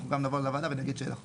אנחנו גם נבוא לוועדה ונגיד שאנחנו